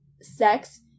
sex